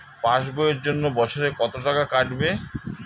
Pass বইয়ের জন্য বছরে কত টাকা কাটবে?